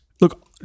Look